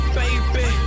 baby